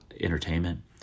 entertainment